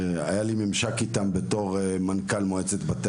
שהיה לי ממשק איתם בתור מנכ״ל מועצת בתי